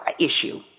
issue